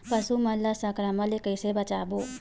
पशु मन ला संक्रमण से कइसे बचाबो?